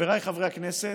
חבריי חברי הכנסת,